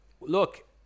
look